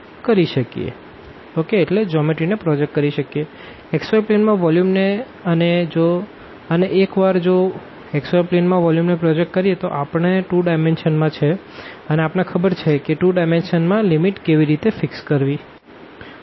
xy plane માં volume ને અને એક વાર જો xyપ્લેન માં વોલ્યુમ ને પ્રોજેક્ટ કરીએ તો આપણે બે ડાયમેનશનલ માં છે અને આપણે ખબર છે કે બે ડાયમેનશનલ માં લીમીટ કેવી રીતે ફિક્ષ કરવી